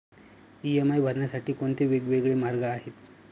EMI भरण्यासाठी कोणते वेगवेगळे मार्ग आहेत?